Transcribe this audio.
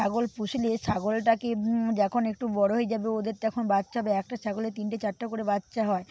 ছাগল পুষলে ছাগলটাকে যখন একটু বড়ো হয়ে যাবে ওদের তখন বাচ্চা হবে একটা ছাগলের তিনটে চারটে করে বাচ্চা হয়